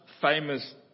famous